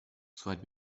soweit